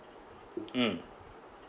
mm